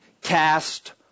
cast